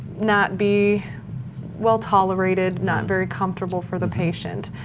not be well tolerated, not very comfortable for the patient.